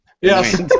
Yes